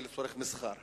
שהיא לצורך מסחר?